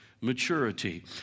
maturity